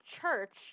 church